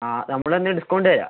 ആ നമ്മള് തന്നെ ഡിസ്കൗണ്ട് തരാം